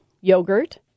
yogurt